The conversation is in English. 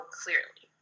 clearly